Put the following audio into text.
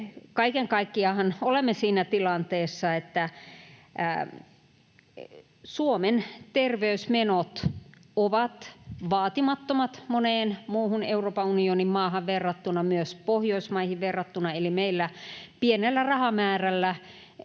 Kaiken kaikkiaanhan olemme siinä tilanteessa, että Suomen terveysmenot ovat vaatimattomat moneen muuhun Euroopan unionin maahan verrattuna, myös Pohjoismaihin verrattuna, eli meillä pienellä rahamäärällä